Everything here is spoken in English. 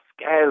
scale